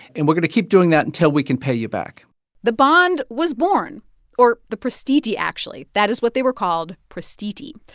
and we're going to keep doing that until we can pay you back the bond was born or the prestiti, actually. that is what they were called prestiti.